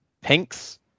pinks